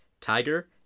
Tiger